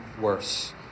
worse